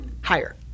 higher